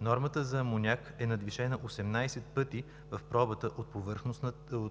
Нормата за амоняк е надвишена 18 пъти в пробата от